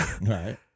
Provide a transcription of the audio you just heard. Right